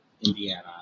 Indiana